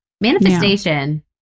Manifestation